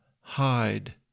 hide